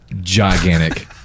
gigantic